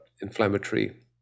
inflammatory